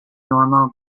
norma